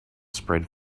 spread